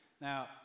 Now